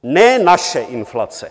Ne naše inflace.